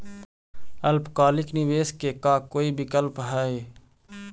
अल्पकालिक निवेश के का कोई विकल्प है?